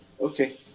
Okay